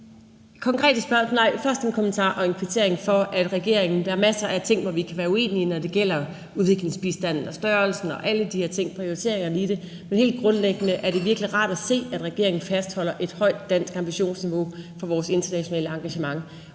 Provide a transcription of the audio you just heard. til uenighederne. Først vil jeg komme med en kvittering til regeringen. Der er masser af ting, hvor vi kan være uenige, når det gælder udviklingsbistanden, størrelsen af den, prioriteringerne i det og alle de her ting, men helt grundlæggende er det virkelig rart at se, at regeringen fastholder et højt dansk ambitionsniveau for vores internationale engagement